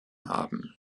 haben